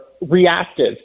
reactive